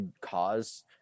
cause